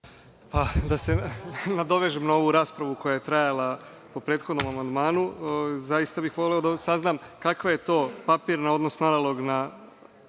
Da se nadovežem na ovu raspravu koja je trajala po prethodnom amandmanu, zaista bih voleo da saznam kakva je to papirna odnosno analogna